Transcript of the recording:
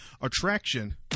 attraction